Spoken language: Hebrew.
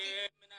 כמנהל